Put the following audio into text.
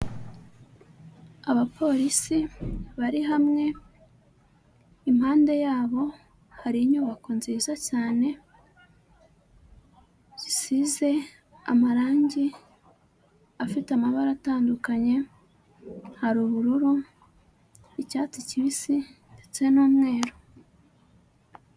Abapolisi bari hamwe, impande yabo hari inyubako nziza cyane, zisize amarangi, afite amabara atandukanye, hari ubururu, icyatsi kibisi ndetse n'umweru.